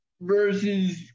versus